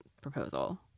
proposal